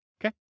Okay